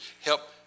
help